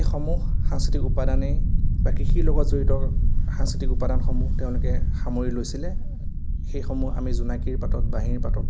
এইসমূহ সাংস্কৃতিক উপাদানেই বা কৃষিৰ লগত জড়িত সাংস্কৃতিক উপাদানসমূহ তেওঁলোকে সামৰি লৈছিলে সেইসমূহ আমি জোনাকীৰ পাতত বাঁহীৰ পাতত